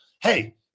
Hey